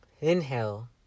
inhale